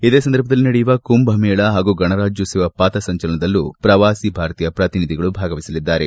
ಇದೇ ಸಂದರ್ಭದಲ್ಲಿ ನಡೆಯುವ ಕುಂಭಮೇಳ ಹಾಗೂ ಗಣರಾಜ್ಯೋತ್ಸವ ಪಥಸಂಚಲನದಲ್ಲೂ ಪ್ರವಾಸಿ ಭಾರತೀಯ ಪ್ರತಿನಿಧಿಗಳು ಭಾಗವಹಿಸಲಿದ್ದಾರೆ